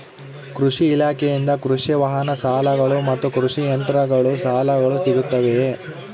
ಕೃಷಿ ಇಲಾಖೆಯಿಂದ ಕೃಷಿ ವಾಹನ ಸಾಲಗಳು ಮತ್ತು ಕೃಷಿ ಯಂತ್ರಗಳ ಸಾಲಗಳು ಸಿಗುತ್ತವೆಯೆ?